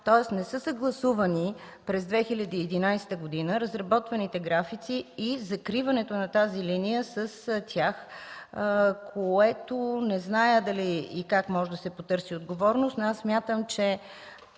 тоест не са съгласувани през 2011 г. разработваните графици и закриването на тази линия с тях, за което не зная дали и как може да се потърси отговорност. Смятам, че